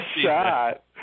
shot